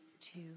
two